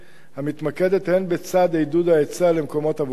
המתמקדת הן בצד עידוד ההיצע של מקומות עבודה,